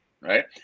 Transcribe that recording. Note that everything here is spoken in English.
right